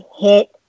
hit